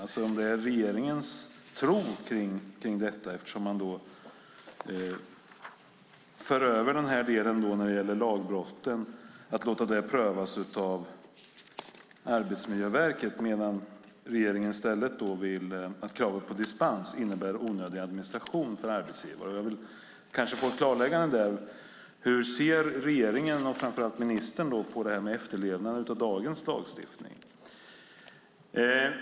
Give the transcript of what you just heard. Det kanske är regeringens tro kring detta eftersom man för över den här delen när det gäller lagbrotten till att prövas av Arbetsmiljöverket, medan regeringen i stället menar att kravet på dispens innebär onödig administration för arbetsgivare. Jag vill få ett klarläggande där: Hur ser regeringen och framför allt ministern på efterlevnaden av dagens lagstiftning?